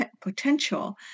potential